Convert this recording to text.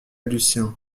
lucien